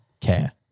care